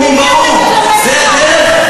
זהבה.